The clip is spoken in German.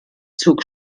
zug